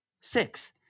six